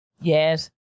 yes